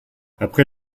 après